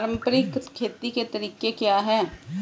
पारंपरिक खेती के तरीके क्या हैं?